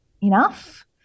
enough